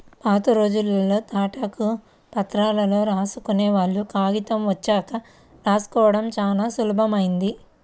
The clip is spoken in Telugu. పాతరోజుల్లో తాటాకు ప్రతుల్లో రాసుకునేవాళ్ళు, కాగితం వచ్చాక రాసుకోడం చానా సులభమైంది